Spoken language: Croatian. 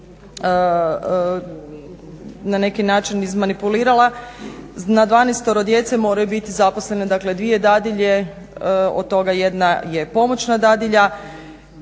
na neki način izmanipulirala, na 12-tero djece moraju biti zaposlene dvije dadilje od toga jedna je pomoćna dadilja.